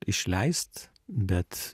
išleist bet